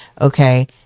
okay